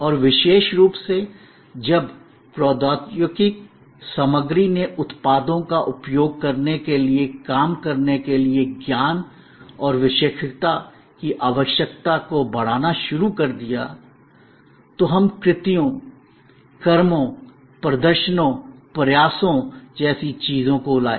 और विशेष रूप से जब प्रौद्योगिकी सामग्री ने उत्पादों का उपयोग करने के लिए काम करने के लिए ज्ञान और विशेषज्ञता की आवश्यकता को बढ़ाना शुरू कर दिया तो हम कृत्यों एक्ट्स acts कर्मों डीड्स deeds प्रदर्शनों पर्फॉर्मन्सेस performances प्रयासों एफ्फोर्ट्स efforts जैसी चीजों को लाए